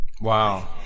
Wow